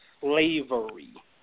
Slavery